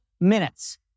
minutes